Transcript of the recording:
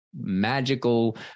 magical